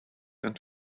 and